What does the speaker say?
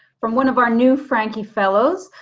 from one of our new franke fellows.